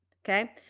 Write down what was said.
Okay